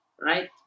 right